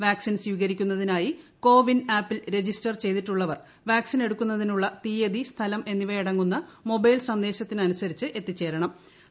vaccine സ്വീകരിക്കുന്നതിനായി ക്ടോപ്പിൻ ആപ്പിൽ രജിസ്റ്റർ ചെയ്തിട്ടുള്ളവർ വാക്സിനെടുക്കുസ്തിനുള്ള തീയതി സ്ഥലം എന്നിവയടങ്ങുന്ന മൊബ്രൈൽ എത്തിച്ചേരേണ്ടതാണ്